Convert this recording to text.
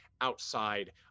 outside